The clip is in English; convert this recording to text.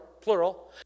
plural